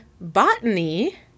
botany